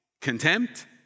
contempt